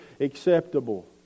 acceptable